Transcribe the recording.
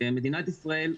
מדינת ישראל,